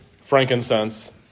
frankincense